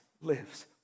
lives